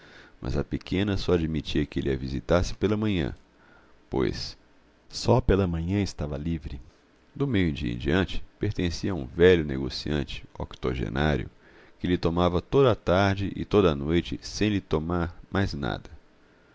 mas a pequena só admitia que ele a visitasse pela manhã pois só pela manhã estava livre do meio-dia em diante pertencia a um velho negociante octogenário que lhe tomava toda a tarde e toda a noite sem lhe tomar mais nada